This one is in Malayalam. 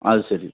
അത് ശരി